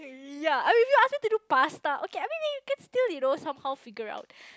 ya ya and I ask me to do pasta okay I can still you know somehow figure out